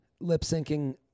lip-syncing